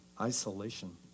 isolation